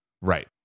Right